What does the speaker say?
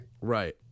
Right